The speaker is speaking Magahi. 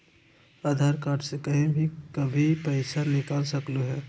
आधार कार्ड से कहीं भी कभी पईसा निकाल सकलहु ह?